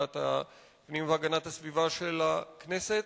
לוועדת הפנים והגנת הסביבה של הכנסת,